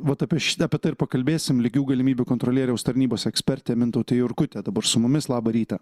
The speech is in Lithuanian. vat apie ši apie tai ir pakalbėsim lygių galimybių kontrolieriaus tarnybos ekspertė mintautė jurkutė dabar su mumis labą rytą